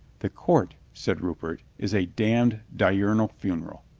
the court, said rupert, is a damned diurnal funeral.